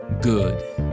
good